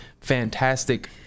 fantastic